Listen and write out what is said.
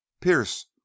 pierce